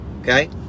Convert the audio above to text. okay